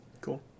Cool